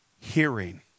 hearing